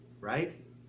right